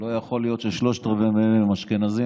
לא יכול להיות ששלושת-רבעי מהם הם אשכנזים.